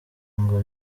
ngo